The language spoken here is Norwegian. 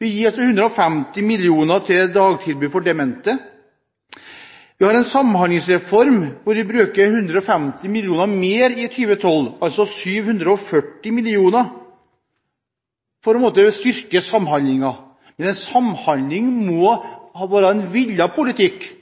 Vi gir 150 mill. kr til dagtilbud for demente. Vi har en samhandlingsreform hvor vi bruker 150 mill. kr mer i 2012 – altså 740 mill. kr for å styrke samhandlingen. En samhandling må være en villet politikk,